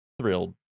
thrilled